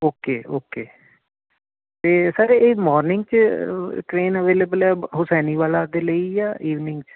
okay okay ਅਤੇ sir ਇਹ morning 'ਚ ਟਰੇਨ ਅਵੇਲੇਬਲ ਹੈ ਹੁਸੈਨੀਵਾਲਾ ਦੇ ਲਈ ਜਾਂ ਇਵਨਿੰਗ 'ਚ